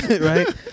Right